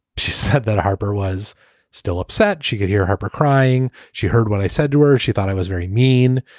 she said that harper was still upset. she could hear her crying, she heard when i said to her she thought i was very mean.